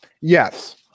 Yes